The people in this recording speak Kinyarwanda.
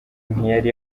ntiyari